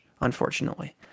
unfortunately